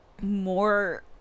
more